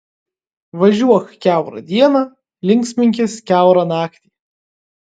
važiuok kiaurą dieną linksminkis kiaurą naktį